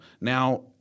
Now